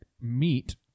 meat